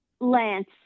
Lance